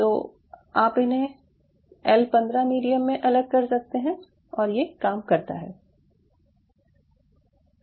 तो आप उन्हें एल 15 मीडियम में अलग कर सकते हैं और ये काम करता है